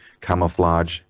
camouflage